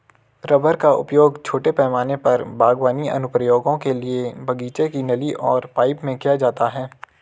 rubber का उपयोग छोटे पैमाने पर बागवानी अनुप्रयोगों के लिए बगीचे की नली और पाइप में किया जाता है